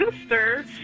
sister